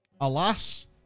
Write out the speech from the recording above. Alas